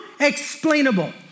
unexplainable